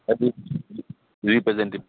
representative